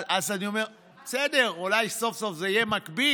אז אני אומר, בסדר, אולי סוף-סוף זה יהיה מקביל,